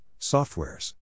Softwares